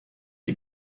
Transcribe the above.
die